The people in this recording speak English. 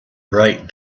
bright